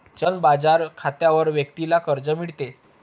चलन बाजार खात्यावर व्यक्तीला कर्ज मिळते